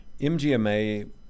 MGMA